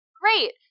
Great